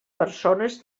persones